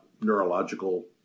neurological